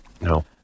No